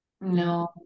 no